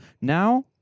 Now